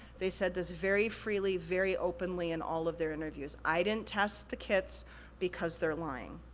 they said this very freely, very openly in all of their interviews. i didn't test the kits because they're lying.